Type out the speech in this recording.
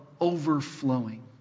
overflowing